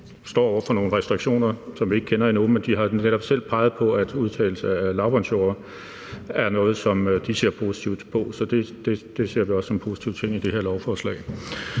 står over for nogle restriktioner, som vi ikke kender endnu, men de har selv peget på, at udtagning af lavbundsjorder er noget, som de ser positivt på. Så det ser vi også som en positiv ting i det her lovforslag.